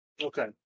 Okay